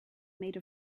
made